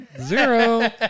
Zero